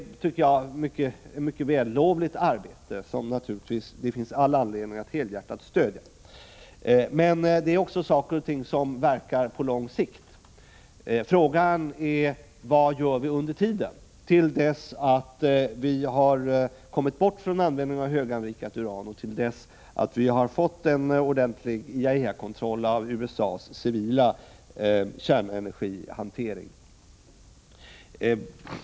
Jag tycker att detta arbete är ett mycket vällovligt arbete som det, naturligtvis, finns all anledning att helhjärtat stödja. Men det är också saker och ting som verkar på lång sikt. Frågan är således: Vad gör vi under tiden, fram till dess att vi har kommit bort från användningen av höganrikat uran och fått en ordentlig IAEA-kontroll av USA:s civila kärnenergihantering?